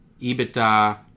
EBITDA